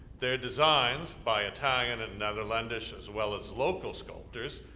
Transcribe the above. their designs, by italian and netherlandish as well as local sculptors,